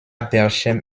berchem